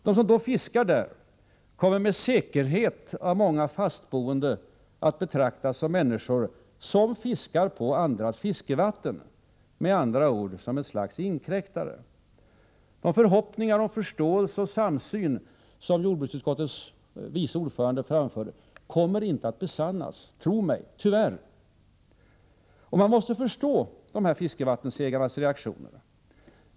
De som fiskar där kommer med säkerhet av många fastboende att betraktas som människor som fiskar på andras fiskevatten — med andra ord som ett slags inkräktare. De förhoppningar om förståelse och samsyn som jordbruksutskottets vice ordförande framförde kommer tyvärr inte att besannas. Tro mig! Och man måste förstå fiskevattensägarnas reaktioner.